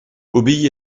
obéis